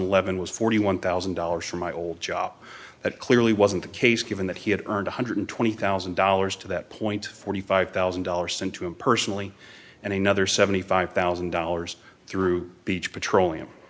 eleven was forty one thousand dollars from my old job that clearly wasn't the case given that he had earned one hundred and twenty thousand dollars to that point forty five thousand dollars sent to him personally and another seventy five thousand dollars through beach petroleum